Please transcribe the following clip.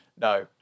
no